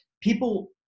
People